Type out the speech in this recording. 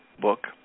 book